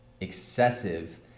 excessive